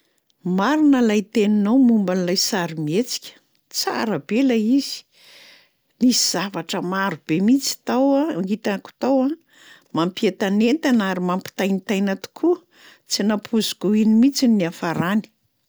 Marina lay teninao momba lay sarimihetsika, tsara be lay izy. Nisy zavatra marobe mihitsy tao a- hitako tao a. Mampientanentana ary mampitaintaina tokoa. Tsy nampoiziko ho iny mihitsy ny niafarany."